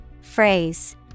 Phrase